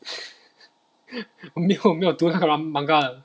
没有没有读那个 mang~ 那个 manga 的